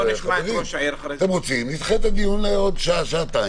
נוסף, נשמע גם את ראש עיריית טבריה